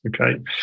okay